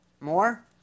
More